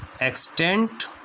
extent